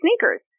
sneakers